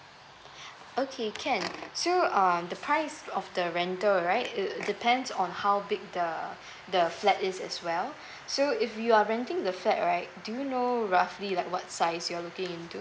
okay can so um the price of the rental right it depends on how big the the flat is as well so if you are renting the flat right do you know roughly like what size you are looking into